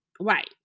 Right